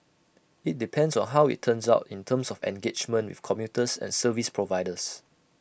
IT depends on how IT turns out in terms of engagement with commuters and service providers